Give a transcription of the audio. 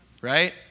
right